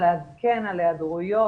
לעדכן על היעדרויות,